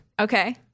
Okay